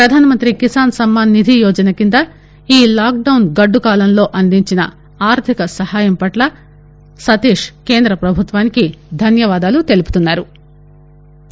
ప్రధానమంత్రి కిసాన్ సమ్మాన్ నిధియోజన కింద ఈ లాక్ డాన్ గడ్డు కాలంలో అందించిన ఆర్థిక సాయం పట్ల సతీష్ కేంద్ర ప్రభుత్వానికి ధన్యవాదాలు తెలుపుతున్నారు